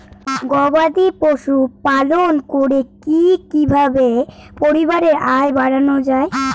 গবাদি পশু পালন করে কি কিভাবে পরিবারের আয় বাড়ানো যায়?